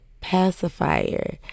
pacifier